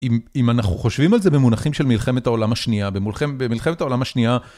אם אנחנו חושבים על זה במונחים של מלחמת העולם השנייה, במלחמת העולם השנייה...